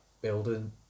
building